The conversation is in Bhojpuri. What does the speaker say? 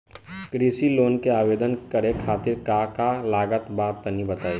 कृषि लोन के आवेदन करे खातिर का का लागत बा तनि बताई?